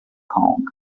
kong